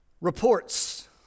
reports